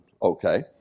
Okay